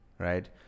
Right